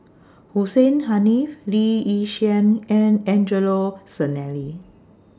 Hussein Haniff Lee Yi Shyan and Angelo Sanelli